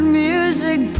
music